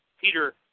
Peter